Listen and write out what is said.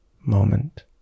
moment